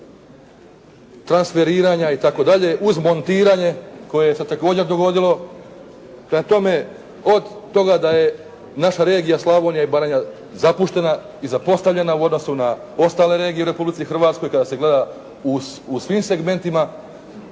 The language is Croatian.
transferiranja itd. uz montiranje koje se također dogodilo. Prema tome od toga da je naša regija Slavonija i Baranja zapuštena i zapostavljena u odnosu na ostale regije u Republici Hrvatskoj kada se gleda u svim segmentima